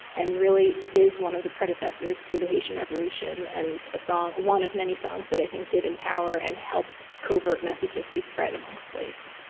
and really is one of the predecessors to the haitian revolution and one of many songs that i think did empower and help covert messages be spread among slaves